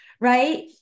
right